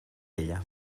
ella